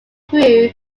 grew